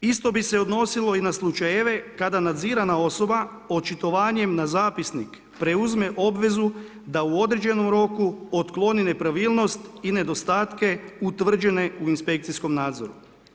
Isto bi se odnosilo i na slučajeve kada nadzirana osoba očitovanjem na zapisnik preuzme obvezu da u određenom roku otkloni nepravilnost i nedostatke utvrđene u inspekcijskom nadzoru.